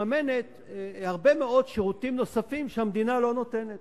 הרבה מאוד שירותים נוספים שהמדינה לא נותנת.